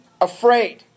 afraid